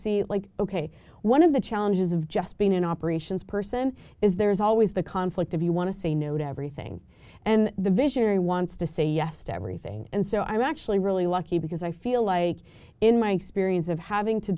see like ok one of the challenges of just being an operations person is there's always the conflict if you want to say no to everything and the visionary wants to say yes to everything and so i'm actually really lucky because i feel like in my experience of having to